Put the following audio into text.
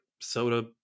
soda